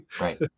Right